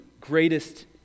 greatest